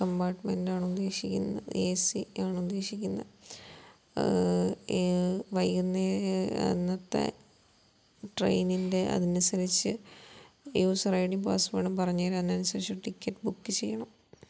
കംമ്പാർട്ട്മെൻറ്റാണ് ഉദ്ദേശിക്കുന്നത് A C ആണ് ഉദ്ദേശിക്കുന്നെ വൈകുന്നേ അന്നത്തെ ട്രെയിനിൻ്റെ അതനുസരിച്ച് യൂസർ ഐ ഡിയും പാസ്വേഡും പറഞ്ഞുതരാം അതിനനുസരിച്ച് ടിക്കറ്റ് ബുക്ക് ചെയ്യണം